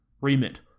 remit